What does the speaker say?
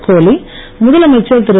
கோலி முதலமைச்சர் திரு